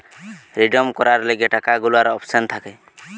redeem করার লিগে টাকা গুলার অপশন থাকে